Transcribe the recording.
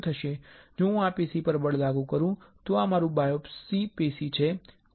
જો હું આ પેશી પર બળ લાગુ કરું તો આ મારું બાયોપ્સી પેશી છે